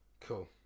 Cool